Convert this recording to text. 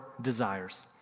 desires